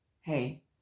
Hey